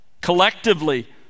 Collectively